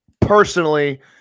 personally